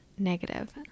negative